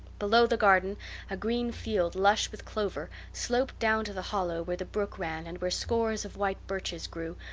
below the garden a green field lush with clover sloped down to the hollow where the brook ran and where scores of white birches grew,